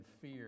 fear